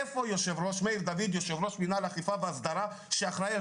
איפה מאיר דוד יושב-ראש מנהל האכיפה וההסדרה שאחראי על